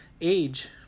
age